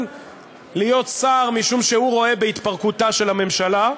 להיות שר משום שהוא רואה בהתפרקותה של הממשלה.